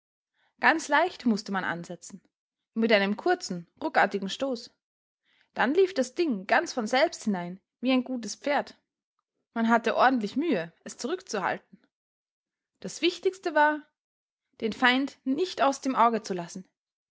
ganz leicht mußte man ansetzen mit einem kurzen ruckartigen stoß dann lief das ding ganz von selbst hinein wie ein gutes pferd man hatte ordentlich mühe es zurückzuhalten das wichtigste war den feind nicht aus dem auge zu lassen